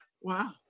Wow